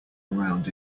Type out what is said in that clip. around